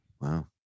Wow